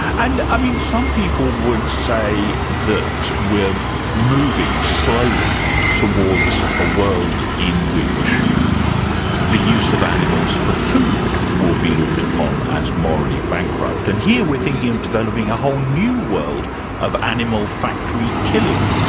and, i mean, some people would say that we're moving slowly towards a world in which the use of animals for food will be looked upon as morally bankrupt. and here we're thinking of developing a whole new world of animal factory killing.